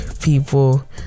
people